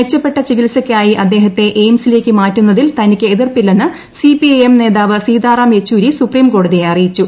മെച്ചപ്പെട്ട ചികിത്സയ്ക്കായിഅദ്ദേഹത്തെ എയിംസിലേക്ക്മാറ്റുന്നതിൽ തനിക്ക്എതിർപ്പില്ലെന്ന്സിപിഐഎം നേതാവ്സീതാറാംയെച്ചൂരിസുപ്രീംകോടതിയെഅറിയിച്ചു